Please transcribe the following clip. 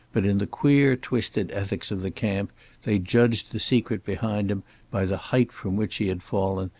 but in the queer twisted ethics of the camp they judged the secret behind him by the height from which he had fallen,